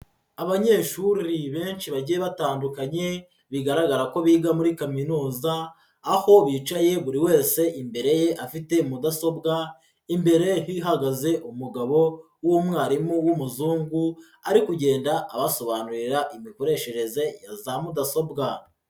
Abanyeshuri benshi bagiye batandukanye, bigaragara ko biga muri kaminuza, aho bicaye buri wese imbere ye afite mudasobwa, imbere hihagaze umugabo w'umwarimu w'umuzungu, ari kugenda abasobanurira imikoreshereze ya za mudasobwa.